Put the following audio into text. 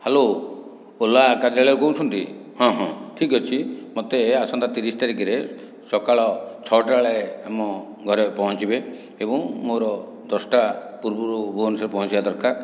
hello Ola କାର୍ଯ୍ୟାଳୟ କହୁଛନ୍ତି ହଁ ହଁ ଠିକ ଅଛି ମୋତେ ଆସନ୍ତା ତିରିଶ ତାରିଖରେ ସକାଳ ଛଅଟା ବେଳେ ଆମ ଘରେ ପହଞ୍ଚିବେ ଏବଂ ମୋର ଦଶଟା ପୂର୍ବରୁ ଭୁବନେଶ୍ଵର ପହଞ୍ଚିବା ଦରକାର